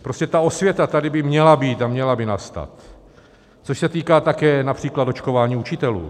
Prostě osvěta by tady měla být a měla by nastat, což se týká také například očkování učitelů.